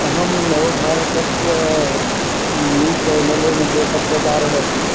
अहं नवभारतस्य न्यूस् चेनलेमध्ये पत्रकारः अस्मि